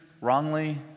Wrongly